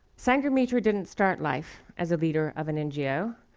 sanghamitra didn't start life as a leader of an ngo,